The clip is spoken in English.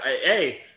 Hey